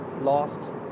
lost